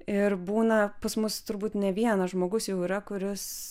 ir būna pas mus turbūt ne vienas žmogus jau yra kuris